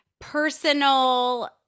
personal